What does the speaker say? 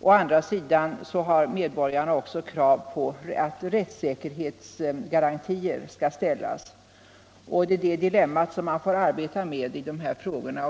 Å andra sidan har medborgarna krav på att rättssäkerhetsgarantier skall ställas. Det är detta dilemma som man får arbeta med i dessa frågor.